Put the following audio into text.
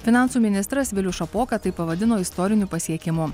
finansų ministras vilius šapoka tai pavadino istoriniu pasiekimu